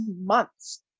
months